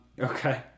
Okay